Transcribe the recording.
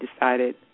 decided